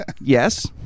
yes